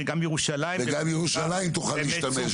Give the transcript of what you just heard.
וגם ירושלים -- וגם ירושלים תוכל להשתמש.